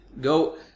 go